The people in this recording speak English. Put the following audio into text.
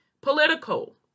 political